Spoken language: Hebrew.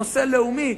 נושא לאומי,